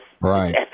right